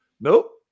Nope